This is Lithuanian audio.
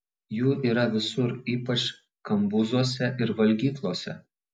jų yra visur ypač kambuzuose ir valgyklose